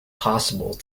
possible